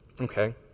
Okay